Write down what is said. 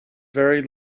very